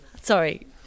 sorry